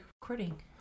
recording